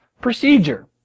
Procedure